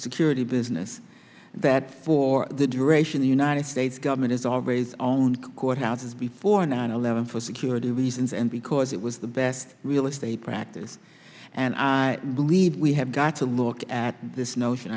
security business that for the duration the united states government is always owned courthouses before nine eleven for security reasons and because it was the best real estate practice and i believe we have got to look at this notion